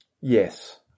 Yes